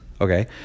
Okay